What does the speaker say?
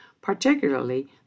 particularly